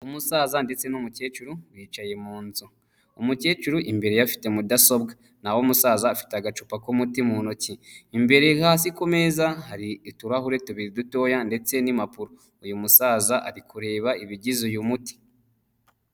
Umusaza ndetse n'umukecuru bicaye mu nzu, umukecuru imbere yari afite mudasobwa naho umusaza afite agacupa k'umuti mu ntoki, imbere hasi ku meza hari uturahure tubiri dutoya ndetse n'impapuro uyu musaza ari kureba ibigize uyu muti.